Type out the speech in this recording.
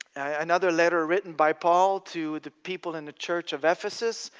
another letter written by paul to the people in the church of ephesus,